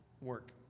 work